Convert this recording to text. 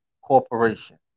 corporation